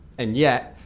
and yet